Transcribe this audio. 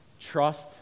trust